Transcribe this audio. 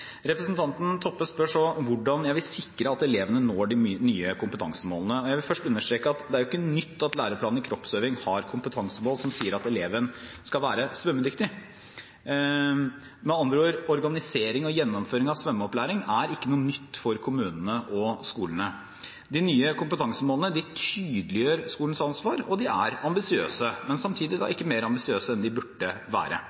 Representanten Toppe spør så hvordan jeg vil sikre at elevene når de nye kompetansemålene. Jeg vil først understreke at det er jo ikke nytt at læreplanen i kroppsøving har kompetansemål som sier at eleven skal være svømmedyktig. Med andre ord: Organisering og gjennomføring av svømmeopplæring er ikke noe nytt for kommunene og skolene. De nye kompetansemålene tydeliggjør skolens ansvar, og de er ambisiøse, men samtidig ikke mer ambisiøse enn de burde være. Først og fremst er det en konkretisering av hva det vil si å være